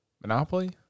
Monopoly